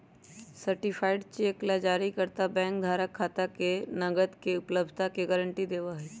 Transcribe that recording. certified cheque ला जारीकर्ता bank धारक के खाता में नकद के उपलब्धता के गारंटी देवा हई